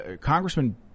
congressman